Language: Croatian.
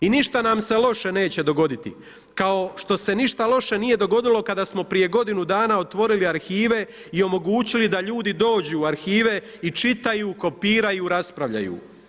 I ništa nam se loše neće dogoditi kao što se ništa loše nije dogodilo kada smo prije godinu dana otvorili arhive i omogućili da ljudi dođu u arhive i čitaju, kopiraju, raspravljaju.